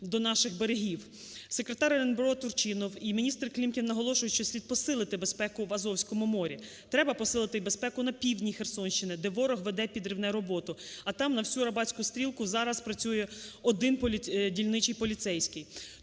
Секретар РНБО Турчинов і міністр Клімкін наголошують, що слід посилити безпеку в Азовському морі, треба посилити і безпеку на півдні Херсонщини, де ворог веде підривну роботу, а там на всю Арабатську стрілку зараз працює один дільничний